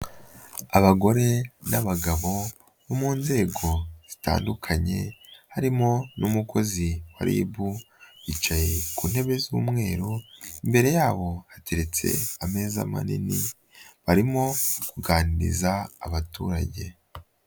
Abagore n'abagabo bo mu nzego zitandukanye, harimo n'umukozi wa RIB bicaye ku ntebe z'umweru, imbere yabo hateretse ameza manini barimo kuganiriza abaturage.